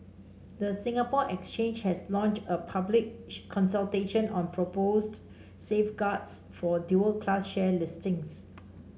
the Singapore Exchange has launched a public consultation on proposed safeguards for dual class share listings